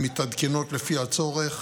והן מתעדכנות לפי הצורך